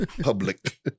Public